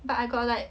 but I got like